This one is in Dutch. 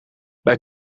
bij